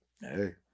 Hey